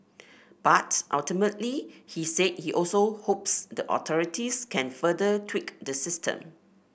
but ultimately he said he also hopes the authorities can further tweak the system